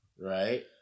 right